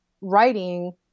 writing